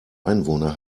einwohner